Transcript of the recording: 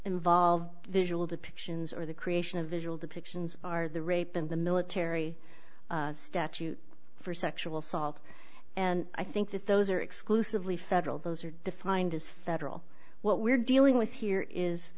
involve visual depictions or the creation of visual depictions are the rape in the military statute for sexual assault and i think that those are exclusively federal those are defined as federal what we're dealing with here is